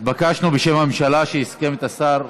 התבקשנו בשם הממשלה שיסכם את זה השר.